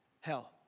Hell